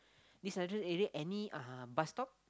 this industrial area any uh bus stop